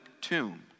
tomb